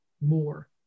more